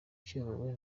kiyobowe